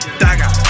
dagger